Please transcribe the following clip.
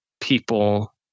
people